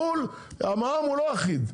בחו"ל המע"מ הוא לא אחיד,